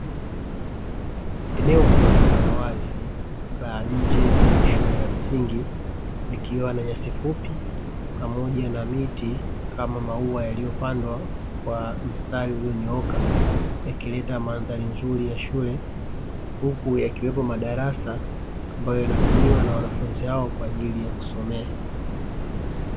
Eneo kubwa la wazi la nje ya shule ya msingi, likiwa na nyasi fupi pamoja na miti ama maua yaliyopandwa kwa mstari ulionyooka; yakileta mandhari nzuri ya shule huku yakiwepo madarasa ambayo yanatumiwa na wanafunzi hao kwa ajili ya kusomea.